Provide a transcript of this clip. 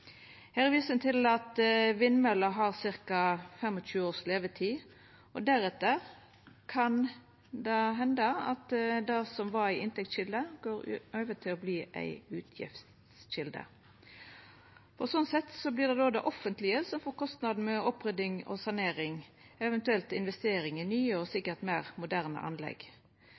viser ein til at vindmøller har ca. 25 års levetid, og deretter kan det henda at det som var ei inntektskjelde, går over til å verta ei utgiftskjelde. Sånn sett vert det det offentlege som får kostnadene med opprydding og sanering, eventuelt investering i nye og sikkert meir moderne anlegg.